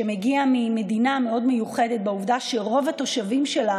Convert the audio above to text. שמגיע ממדינה מאוד מיוחדת בכך שרוב התושבים שלה